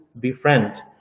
befriend